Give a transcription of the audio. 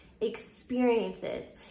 experiences